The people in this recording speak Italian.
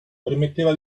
permetteva